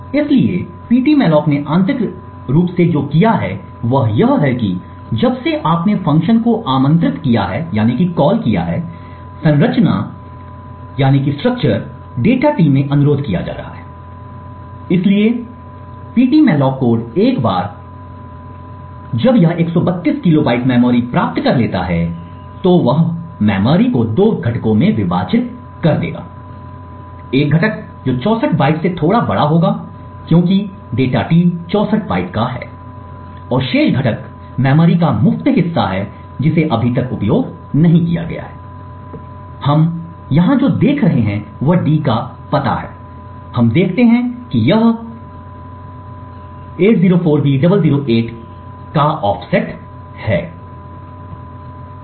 इसलिए Ptmalloc ने आंतरिक रूप से जो किया है वह यह है कि जब से आपने फ़ंक्शन को आमंत्रित किया है संरचना data T में अनुरोध किया जा रहा है तो वह है इसलिए Ptmalloc कोड एक बार जब यह 132 किलोबाइट मेमोरी प्राप्त कर लेता है तो यह मेमोरी को दो घटकों में विभाजित कर देगा एक घटक जो 64 बाइट्स से थोड़ा बड़ा होगा क्योंकि data T 64 बाइट्स है और शेष घटक मेमोरी का मुफ्त हिस्सा है जिसे अभी तक उपयोग नहीं किया गया है यहाँ हम जो देख रहे हैं वह d का पता है हम देखते हैं कि यह 804b008 की भरपाई है